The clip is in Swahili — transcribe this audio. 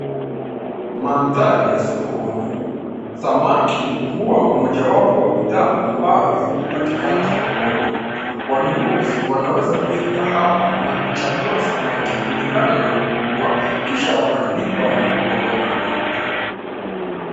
Mandhari ya sokoni. Samaki huwa mojawapo wa bidhaa ambavyo hupatikana sokoni. Wanunuzi wanaweza kufika hapa na kuchagua samaki kulingana na ukubwa kisha wakalipa na kuondoka nacho.